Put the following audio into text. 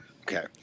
Okay